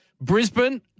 Brisbane